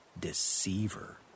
deceiver